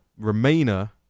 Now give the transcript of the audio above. remainer